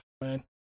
man